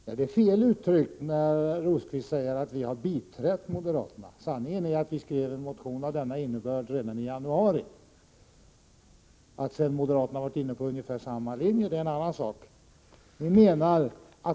Herr talman! Det är fel uttryckt när Birger Rosqvist säger att vi har biträtt moderaterna. Sanningen är att vi skrev en motion med denna innebörd redan i januari. Att sedan moderaterna varit inne på ungefär samma linje är en annan sak.